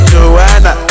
Joanna